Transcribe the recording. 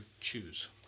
choose